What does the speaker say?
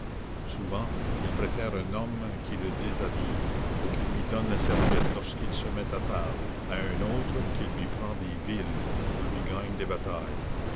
souvent il préfère un homme qui le déshabille ou qui lui donne la serviette lorsqu'il se met à table à un autre qui lui prend des villes ou lui gagne des batailles